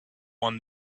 won